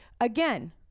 again